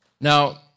Now